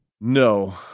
No